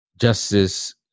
justice